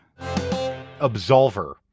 Absolver